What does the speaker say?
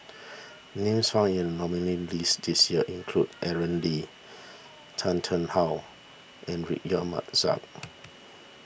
names found in the nominees' list this year include Aaron Lee Tan Tarn How and Mahzam